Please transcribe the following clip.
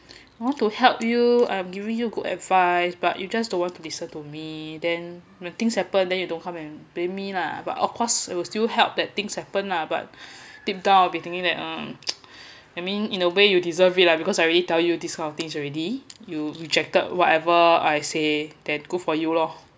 I want to help you giving you could advise but you just don't work that he said to me then when things happen then you don't come in baby me lah but of course it would still help that things happen lah but deep down I'll be thinking that um I mean in a way you deserve it lah because I already tell you this kind of things already you rejected whatever I say then good for you lor